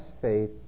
faith